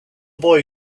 boy